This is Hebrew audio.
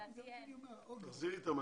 המנכ"לית?